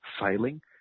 failing